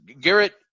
Garrett